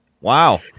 Wow